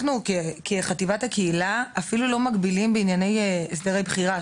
כחטיבת הקהילה אנחנו אפילו לא מגבילים בענייני הסדרי בחירה.